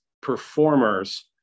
performers